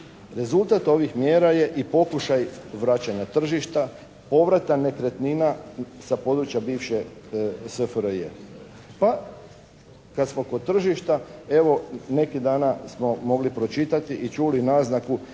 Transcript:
Rezultat ovih mjera je i pokušaj vraćanja tržišta, povrata nekretnina sa područja bivše SFRJ. Pa kad smo kod tržišta evo, nekih dana smo mogli pročitati i čuli naznaku